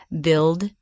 Build